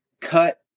cut